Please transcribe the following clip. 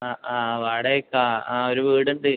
ആ ആ വാടകയ്ക്ക് ആണോ ആ ഒര് വീട് ഉണ്ട്